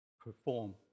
Perform